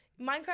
Minecraft